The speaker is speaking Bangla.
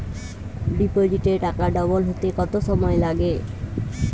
ডিপোজিটে টাকা ডবল হতে কত সময় লাগে?